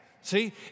See